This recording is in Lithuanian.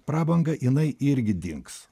prabangą jinai irgi dings